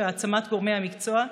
והעצמה בגורמי המקצוע,